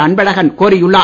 அன்பழகன் கோரியுள்ளார்